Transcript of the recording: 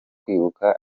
kwibuka